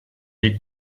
est